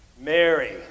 Mary